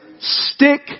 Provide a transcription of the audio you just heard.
stick